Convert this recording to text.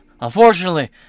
Unfortunately